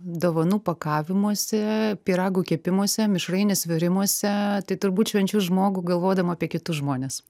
dovanų pakavimuose pyragų kepimuose mišrainės virimuose tai turbūt švenčiu žmogų galvodama apie kitus žmones